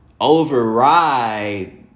override